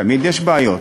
תמיד יש בעיות.